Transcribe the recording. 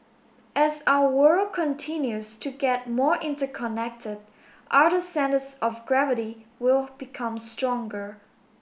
as our world continues to get more interconnected other centres of gravity will become stronger